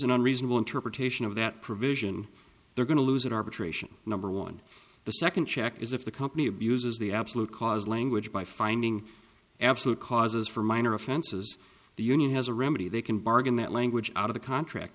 an unreasonable interpretation of that provision they're going to lose it arbitration number one the second check is if the company abuses the absolute cause language by finding absolute causes for minor offenses the union has a remedy they can bargain that language out of the contract